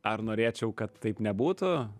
ar norėčiau kad taip nebūtų